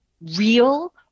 real